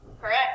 Correct